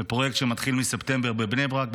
זה פרויקט שמתחיל מספטמבר בבני ברק,